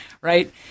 right